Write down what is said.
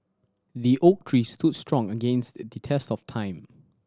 the oak tree stood strong against the test of time